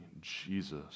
Jesus